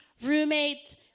roommates